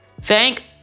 thank